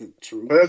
True